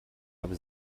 habe